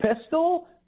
pistol